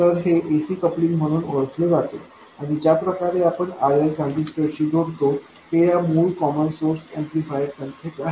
तर हे ac coupling म्हणून ओळखले जाते आणि ज्या प्रकारे आपण RL ट्रान्झिस्टरशी जोडतो ते आपल्या मूळ कॉमन सोर्स ऍम्प्लिफायर सारखेच आहे